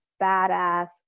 badass